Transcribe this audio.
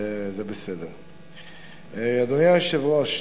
אדוני היושב-ראש,